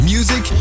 Music